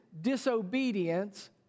disobedience